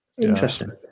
interesting